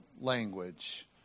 language